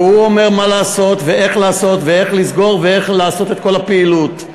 והוא אומר מה לעשות ואיך לעשות ואיך לסגור ואיך לעשות את כל הפעילות.